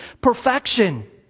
perfection